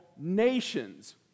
nations